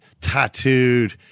tattooed